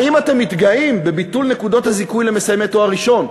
האם אתם מתגאים בביטול נקודות הזיכוי למסיימי תואר ראשון?